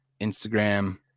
instagram